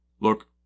Look